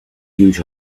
huge